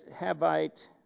Havite